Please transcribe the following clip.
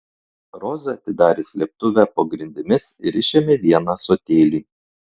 roza atidarė slėptuvę po grindimis ir išėmė vieną ąsotėlį